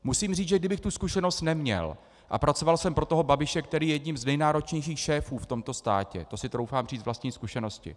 Musím říct, že kdybych tu zkušenost neměl, a pracoval jsem pro toho Babiše, který je jedním z nejnáročnějších šéfů v tomto státě, to si troufám říct z vlastní zkušenosti.